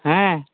ᱦᱮᱸ